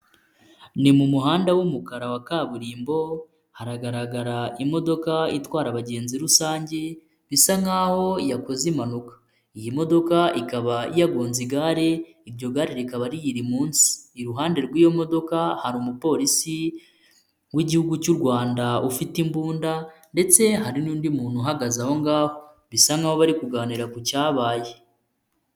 Ni mu muhanda w'umukara wa kaburimbo hagaragara imodoka itwara abagenzi rusange bisa nk'aho yakoze impanuka, iyi modoka ikaba yagonze igare iryo gare rikaba riyiri munsi, iruhande rw'iyo modoka hari umupolisi w'igihugu cy'u Rwanda ufite imbunda ndetse hari n'undi muntu uhagaze aho ngaho, bisa nk'aho bari kuganira ku cyabaye.